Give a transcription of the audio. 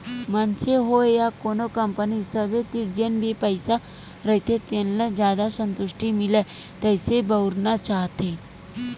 मनसे होय या कोनो कंपनी सबे तीर जेन भी पइसा रहिथे तेन ल जादा संतुस्टि मिलय तइसे बउरना चाहथे